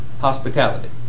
hospitality